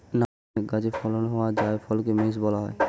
nutmeg গাছে ফলন হওয়া জায়ফলকে মেস বলা হয়